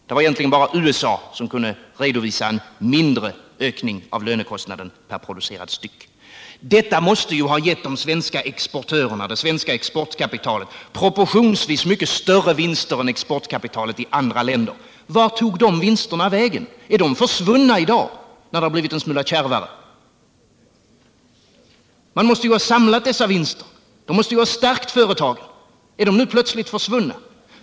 Det var egentligen bara USA som kunde redovisa en mindre ökning av lönekostnaden per producerad enhet. Detta måste ha givit det svenska exportkapitalet proportionsvis mycket större vinster än vad exportkapitalet fått i andra länder. Vart tog dessa vinster vägen? Är de försvunna?